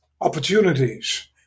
opportunities